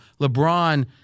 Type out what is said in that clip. LeBron